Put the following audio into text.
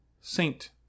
Saint